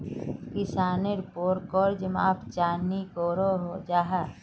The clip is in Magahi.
किसानेर पोर कर्ज माप चाँ नी करो जाहा?